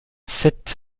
sept